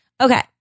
Okay